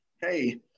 hey